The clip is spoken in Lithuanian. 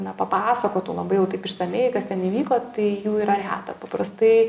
na papasakotų labai jau taip išsamiai kas ten įvyko tai jų yra reta paprastai